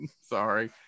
sorry